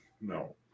No